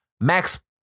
Max